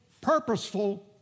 purposeful